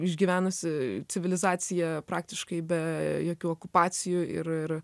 išgyvenusi civilizacija praktiškai be jokių okupacijų ir ir